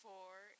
Four